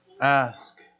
Ask